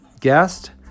guest